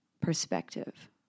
perspective